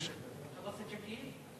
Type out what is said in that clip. ח'לצת, שכיב?